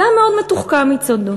זה היה מאוד מתוחכם מצדו.